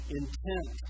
intent